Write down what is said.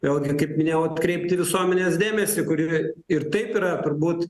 vėlgi kaip minėjau atkreipti visuomenės dėmesį kuri ir taip yra turbūt